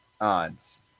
odds